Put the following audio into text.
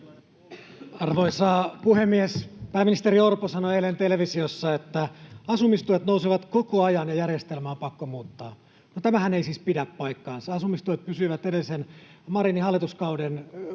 Arvoisa puhemies! Pääministeri Orpo sanoi eilen televisiossa, että asumistuet nousevat koko ajan ja järjestelmää on pakko muuttaa. No tämähän ei siis pidä paikkaansa. Asumistuet pysyivät edellisen Marinin hallituskauden kutakuinkin